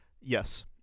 Yes